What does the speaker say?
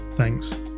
Thanks